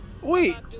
Wait